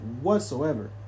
Whatsoever